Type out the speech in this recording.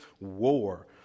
war